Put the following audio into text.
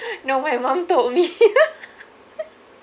know my mom told me